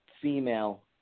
female